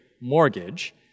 mortgage